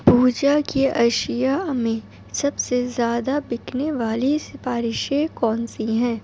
پوجا کی اشیاء میں سب سے زیادہ بکنے والی سفارشیں کون سی ہیں